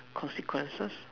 consequences